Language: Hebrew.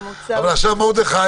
אולי אקרא